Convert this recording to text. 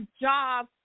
job